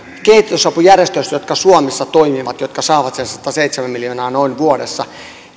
kehitysapujärjestöistä jotka suomessa toimivat jotka saavat sen noin sataseitsemän miljoonaa vuodessa